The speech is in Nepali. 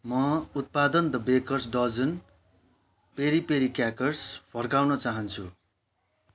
म उत्पादन the bakers dozen peri peri crackers फर्काउन चाहन्छु